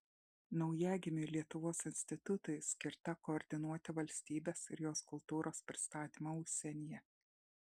naujagimiui lietuvos institutui skirta koordinuoti valstybės ir jos kultūros pristatymą užsienyje